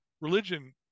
religion